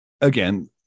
Again